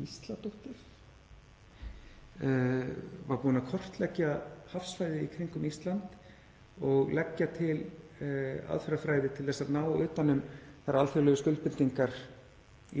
Gísladóttir var búin að kortleggja hafsvæðið í kringum Ísland og leggja til aðferðafræði til að ná utan um þær alþjóðlegu skuldbindingar